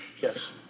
Yes